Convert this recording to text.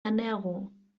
ernährung